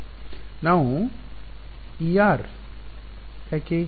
εr ನಾವು ಯಾಕೆ